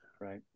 right